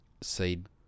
seed